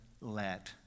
let